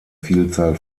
vielzahl